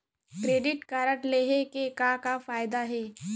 Credit card लेहे के का का फायदा हे?